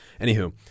Anywho